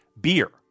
beer